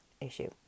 issue